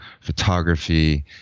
photography